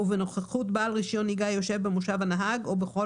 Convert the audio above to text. ובנוכחות בעל רישיון נהיגה היושב במושב הנהג או בכל